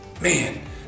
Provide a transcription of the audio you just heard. man